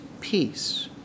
peace